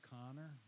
Connor